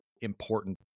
important